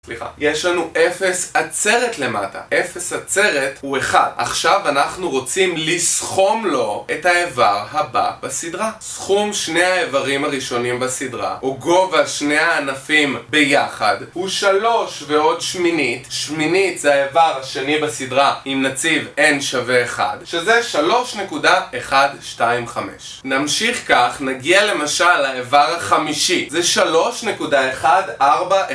סליחה. יש לנו 0 עצרת למטה. 0 עצרת הוא 1. עכשיו אנחנו רוצים לסכום לו את האיבר הבא בסדרה. סכום שני האיברים הראשונים בסדרה, או גובה שני הענפים ביחד, הוא 3 ועוד שמינית, שמינית זה האיבר השני בסדרה, אם נציב, n שווה 1, שזה 3.125. נמשיך כך, נגיע למשל לאיבר החמישי. זה 3.14...